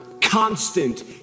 constant